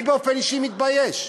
אני באופן אישי מתבייש.